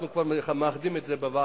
אנחנו כבר מאחדים את זה בוועדה,